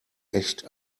echt